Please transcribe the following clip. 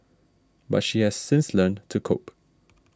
but she has since learnt to cope